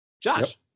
Josh